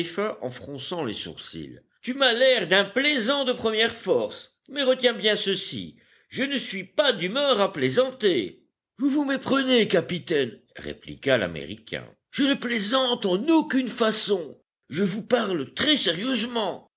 en fronçant les sourcils tu m'as l'air d'un plaisant de première force mais retiens bien ceci je ne suis pas d'humeur à plaisanter vous vous méprenez capitaine répliqua l'américain je ne plaisante en aucune façon je vous parle très sérieusement